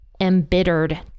embittered